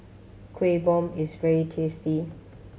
Kueh Bom is very tasty